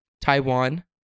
Taiwan